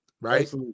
right